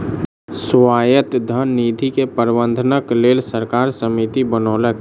स्वायत्त धन निधि के प्रबंधनक लेल सरकार समिति बनौलक